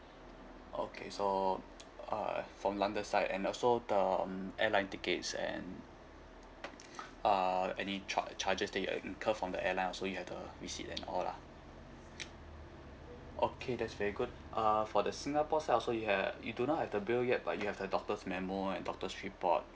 okay so uh from london side and also the mm airline tickets and ah any charge charges that you incurred from the airline also you have the receipt and all lah okay that's very good uh for the singapore side also you had you do not have the bill yet but you have the doctor's memo and doctor's report